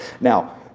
Now